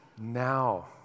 now